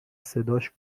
صداش